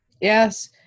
Yes